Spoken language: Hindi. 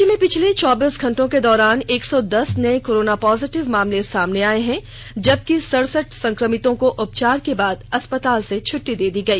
राज्य में पिछले चौबीस घंटों के दौरान एक सौ दस नए कोरोना पॉजिटिव मामले सामने आए हैं जबकि सरसठ संक्रमितों को उपचार के बाद अस्पतालों से छुट्टी दे दी गई